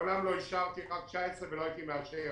מעולם לא אישרתי רק 19' ולא הייתי מאשר,